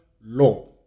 law